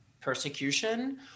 persecution